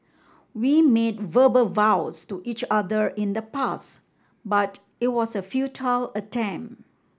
we made verbal vows to each other in the past but it was a futile attempt